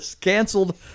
canceled